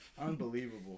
Unbelievable